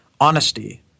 honesty